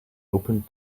opened